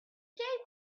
came